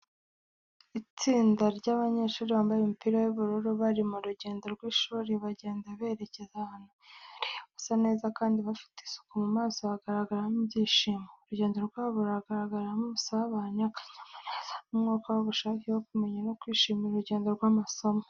Itsinda ry’abanyeshuri bambaye imipira y’ubururu bari mu rugendo rw'ishuri, bagenda berekeza ahantu hihariye. Basa neza kandi bafite isuku, mu maso hagaragara ibyishimo. Urugendo rwabo rugaragaramo ubusabane, akanyamuneza, n’umwuka w’ubushake bwo kumenya no kwishimira urugendo rw’amasomo.